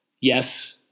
Yes